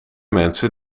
mensen